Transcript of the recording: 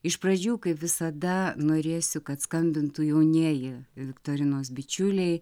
iš pradžių kaip visada norėsiu kad skambintų jaunieji viktorinos bičiuliai